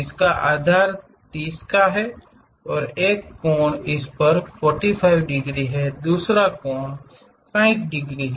इसका आधार 30 का है और एक कोण इस तरफ 45 डिग्री है दूसरा कोण 60 डिग्री है